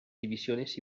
divisiones